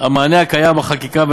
לגבי המענה הקיים בחקיקה,